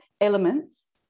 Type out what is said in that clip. elements